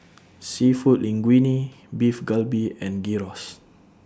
Seafood Linguine Beef Galbi and Gyros